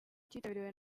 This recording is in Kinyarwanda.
cyitabiriwe